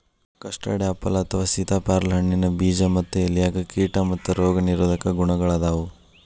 custard apple ಅಥವಾ ಸೇತಾಪ್ಯಾರಲ ಹಣ್ಣಿನ ಬೇಜ ಮತ್ತ ಎಲೆಯಾಗ ಕೇಟಾ ಮತ್ತ ರೋಗ ನಿರೋಧಕ ಗುಣಗಳಾದಾವು